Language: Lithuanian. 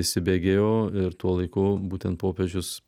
įsibėgėjo ir tuo laiku būtent popiežius